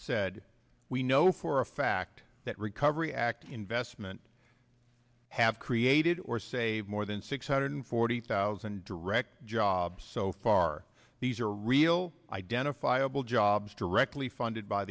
said we know for a fact that recovery act investment have created or saved more than six hundred forty thousand direct jobs so far these are real identifiable jobs directly funded by